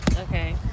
Okay